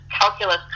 calculus